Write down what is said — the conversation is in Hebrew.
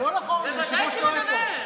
הוא מדבר על זה.